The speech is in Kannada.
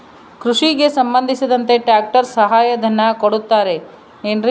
ಕೃಷಿಗೆ ಸಂಬಂಧಿಸಿದಂತೆ ಟ್ರ್ಯಾಕ್ಟರ್ ಸಹಾಯಧನ ಕೊಡುತ್ತಾರೆ ಏನ್ರಿ?